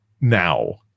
Now